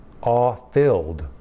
awe-filled